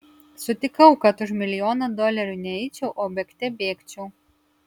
sutikau kad už milijoną dolerių ne eičiau o bėgte bėgčiau